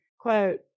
quote